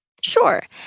Sure